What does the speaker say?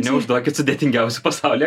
neužduokit sudėtingiausių pasaulyje